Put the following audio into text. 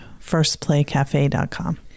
firstplaycafe.com